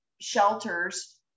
shelters